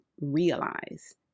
realize